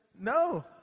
No